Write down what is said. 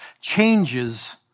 changes